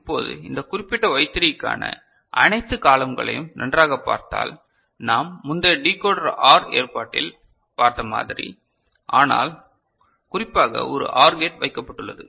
இப்போது இந்த குறிப்பிட்ட Y3 க்கான அனைத்து காலம்களையும் நன்றாக பார்த்தால் நாம் முந்தைய டிகோடர் OR ஏற்பாட்டில் பார்த்த மாதிரி ஆனால் குறிப்பாக ஒரு OR கேட் வைக்கப்பட்டுள்ளது